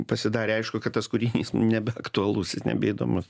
pasidarė aišku kad tas kūrinys nebeaktualus jis nebeįdomus